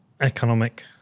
Economic